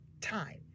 time